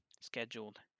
scheduled